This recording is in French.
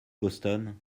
boston